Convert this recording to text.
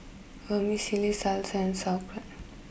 Vermicelli Salsa and Sauerkraut